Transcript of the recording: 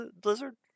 Blizzard